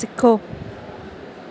सिखो